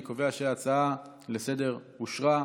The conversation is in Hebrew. אני קובע שההצעה לסדר-היום אושרה,